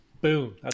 boom